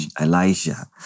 Elijah